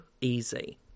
Easy